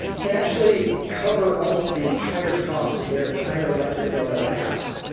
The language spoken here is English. can actually cover almost the entire cost of their entire electric bill at their house,